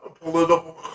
political